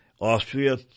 Austria